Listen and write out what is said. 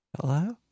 Hello